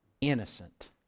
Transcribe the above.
innocent